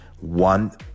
one